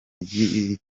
ry’iri